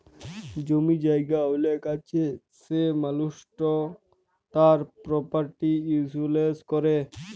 জমি জায়গা অলেক আছে সে মালুসট তার পরপার্টি ইলসুরেলস ক্যরে